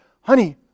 honey